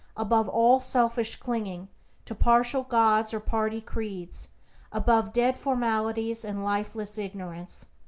above all selfish clinging to partial gods or party creeds above dead formalities and lifeless ignorance.